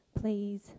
please